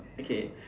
okay